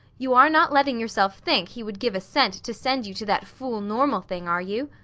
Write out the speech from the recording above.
you are not letting yourself think he would give a cent to send you to that fool normal-thing, are you?